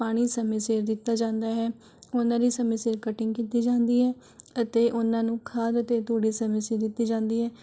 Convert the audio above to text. ਪਾਣੀ ਸਮੇਂ ਸਿਰ ਦਿੱਤਾ ਜਾਂਦਾ ਹੈ ਉਨ੍ਹਾਂ ਦੀ ਸਮੇਂ ਸਿਰ ਕਟਿੰਗ ਕੀਤੀ ਜਾਂਦੀ ਹੈ ਅਤੇ ਉਨ੍ਹਾਂ ਨੂੰ ਖਾਦ ਅਤੇ ਤੂੜੀ ਸਮੇਂ ਸਿਰ ਦਿੱਤੀ ਜਾਂਦੀ ਹੈ